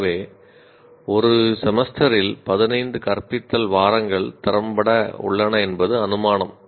ஆகவே ஒரு செமஸ்டரில் 15 கற்பித்தல் வாரங்கள் திறம்பட உள்ளன என்பது அனுமானம்